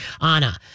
Anna